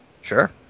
Sure